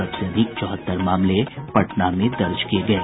सबसे अधिक चौहत्तर मामले पटना में दर्ज किये गये